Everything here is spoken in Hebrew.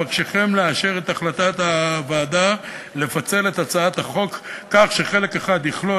אבקשכם לאשר את החלטת הוועדה לפצל את הצעת החוק כך שחלק אחד יכלול